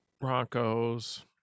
Broncos